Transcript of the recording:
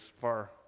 far